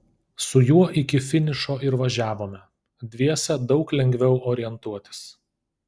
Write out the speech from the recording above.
su juo iki finišo ir važiavome dviese daug lengviau orientuotis